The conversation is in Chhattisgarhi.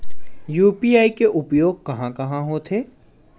यू.पी.आई के उपयोग कहां कहा होथे?